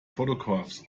photographs